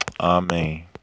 Amen